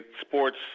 sports